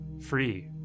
free